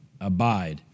abide